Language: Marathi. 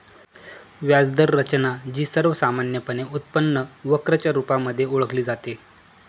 व्याज दर रचना, जी सर्वसामान्यपणे उत्पन्न वक्र च्या रुपामध्ये ओळखली जाते